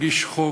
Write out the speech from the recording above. להגיש חוק,